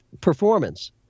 performance